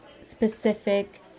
specific